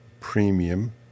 premium